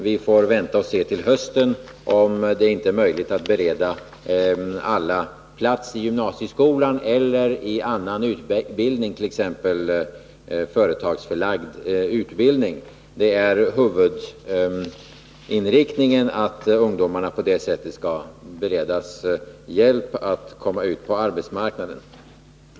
Vi får vänta till hösten och se om det inte är möjligt att bereda alla plats i gymnasieskolan eller i annan utbildning, t.ex. företagsförlagd utbildning. Det är huvudinriktningen att ungdomarna på det sättet skall beredas hjälp att komma ut på arbetsmarknaden.